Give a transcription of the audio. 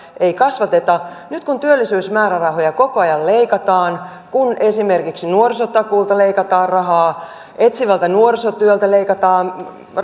ei kasvateta nyt kun työllisyysmäärärahoja koko ajan leikataan kun esimerkiksi nuorisotakuulta leikataan rahaa etsivältä nuorisotyöltä leikataan